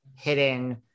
hidden